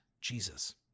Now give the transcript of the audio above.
Jesus